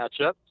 matchup